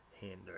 handler